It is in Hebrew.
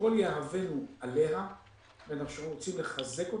שכל יהבינו עליה ואנחנו עכשיו רוצים לחזק אותה,